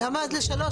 למה אז ל-3?